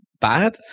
bad